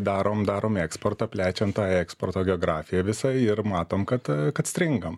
darom darome eksportą plečiam tą eksporto geografiją visą ir matom kad kad stringam